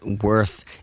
worth